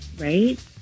right